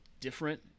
different